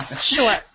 sure